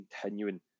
continuing